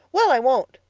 well, i won't,